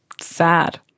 sad